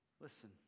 Listen